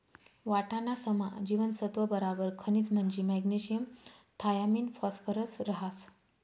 वाटाणासमा जीवनसत्त्व बराबर खनिज म्हंजी मॅग्नेशियम थायामिन फॉस्फरस रहास